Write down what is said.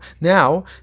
Now